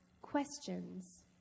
questions